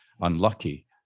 unlucky